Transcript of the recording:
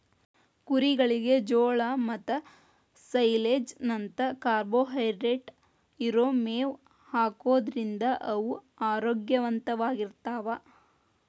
ಕುರಿಗಳಿಗೆ ಜೋಳ ಮತ್ತ ಸೈಲೇಜ್ ನಂತ ಕಾರ್ಬೋಹೈಡ್ರೇಟ್ ಇರೋ ಮೇವ್ ಹಾಕೋದ್ರಿಂದ ಅವು ಆರೋಗ್ಯವಂತವಾಗಿರ್ತಾವ